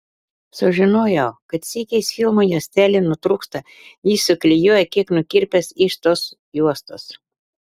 sužinojau kad sykiais filmo juostelė nutrūksta jis suklijuoja kiek nukirpęs iš tos juostos